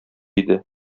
иде